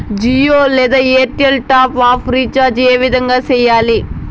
జియో లేదా Airtel top up recharge ఏ విధంగా సేయాలి